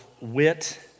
wit